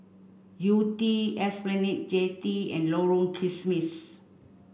Yew Tee Esplanade Jetty and Lorong Kismis